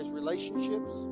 relationships